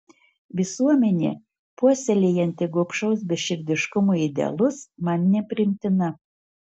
visuomenė puoselėjanti gobšaus beširdiškumo idealus man nepriimtina